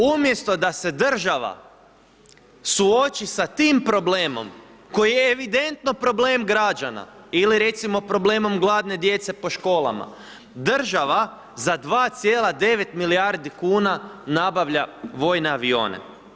Umjesto da se država suoči sa tim problemom koji je evidentno problem građana ili recimo problemom gladne djece po školama, država za 2,9 milijardi kuna nabavlja vojne avione.